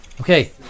Okay